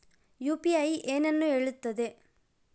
UPI ಏನನ್ನು ಹೇಳುತ್ತದೆ?